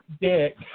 dick